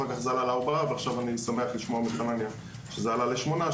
אחר כך זה עלה לארבעה ועכשיו אני שמח לשמוע מחנניה שזה עלה לשמונה,